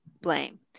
blame